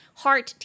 heart